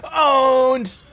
owned